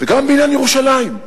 וגם בעניין ירושלים.